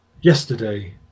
yesterday